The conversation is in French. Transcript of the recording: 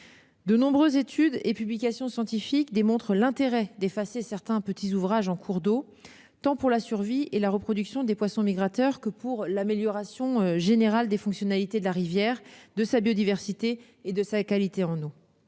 De nombreuses études et publications scientifiques démontrent l'intérêt d'effacer certains petits ouvrages sur les cours d'eau, tant pour la survie et la reproduction des poissons migrateurs que pour l'amélioration générale des fonctionnalités de la rivière, de sa biodiversité et de sa qualité en eau.